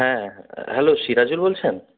হ্যাঁ হ্যালো সিরাজুল বলছেন